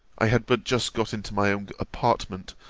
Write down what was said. i had but just got into my own apartment,